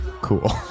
cool